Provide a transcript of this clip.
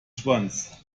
schwanz